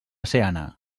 seana